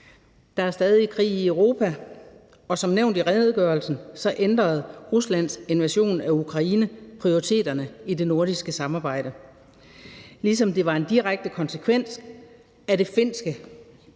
Der er stadig krig i Europa, og som nævnt i redegørelsen ændrede Ruslands invasion af Ukraine prioriteterne i det nordiske samarbejde, ligesom den finske og svenske NATO-ansøgning var en